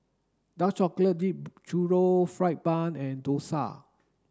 dark chocolate dipped churro fried bun and dosa